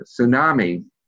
tsunami